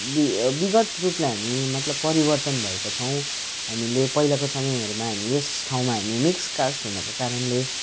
वि विगत रूपले हामी मतलब परिवर्तन भएको छौँ हामीले पहिलाको समयहरूमा हामी यस ठाउँमा हामी मिक्स कास्ट हुनुको कारणले